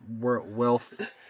wealth